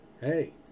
hey